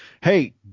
Hey